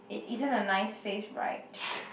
it isn't a nice face right